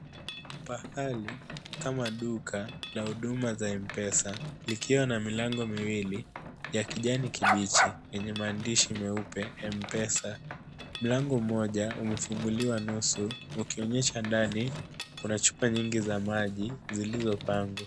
Pahali kama duka la huduma za M-Pesa, likiwa na milango miwili ya kijani kibichi yenye maandishi meupe M-Pesa. Mlango mmoja umefunguliwa nusu ukionyesha ndani. Kuna chupa nyingi za maji zilizopangwa.